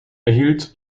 erhielt